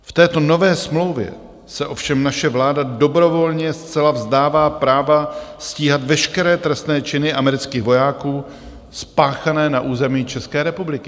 V této nové smlouvě se ovšem naše vláda dobrovolně zcela vzdává práva stíhat veškeré trestné činy amerických vojáků spáchané na území České republiky.